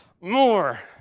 More